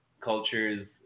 cultures